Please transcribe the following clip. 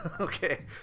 Okay